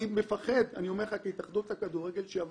אני אומר לך כהתאחדות הכדורגל שאני מפחד